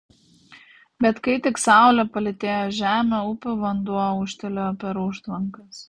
bet kai tik saulė palytėjo žemę upių vanduo ūžtelėjo per užtvankas